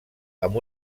amb